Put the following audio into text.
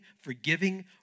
forgiving